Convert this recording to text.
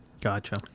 Gotcha